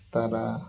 ତାରା